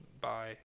Bye